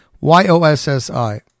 Y-O-S-S-I